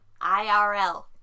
IRL